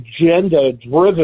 agenda-driven